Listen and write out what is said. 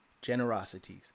Generosities